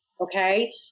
Okay